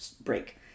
break